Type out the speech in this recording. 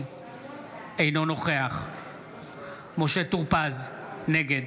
אינו נוכח משה טור פז, נגד